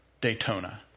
Daytona